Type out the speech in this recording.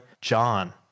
John